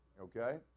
okay